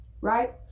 right